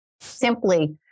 simply